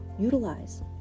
Utilize